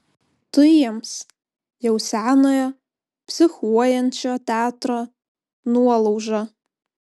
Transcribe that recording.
tu jiems jau senojo psichuojančio teatro nuolauža